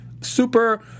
super